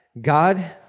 God